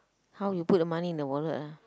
how you put the money in the wallet ah